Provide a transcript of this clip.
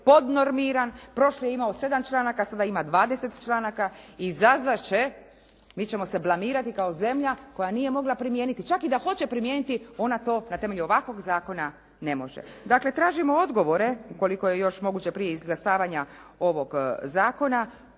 je podnormiran. Prošli je imao 7 članaka, sada ima 20 članaka i izazvat će, mi ćemo se blamirati kao zemlja koja nije mogla primijeniti, čak i da hoće primijeniti ona to na temelju ovakvog zakona ne može. Dakle, tražimo odgovore, ukoliko je još moguće prije izglasavanja ovog zakona,